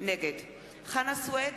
נגד חנא סוייד,